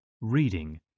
Reading